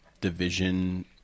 division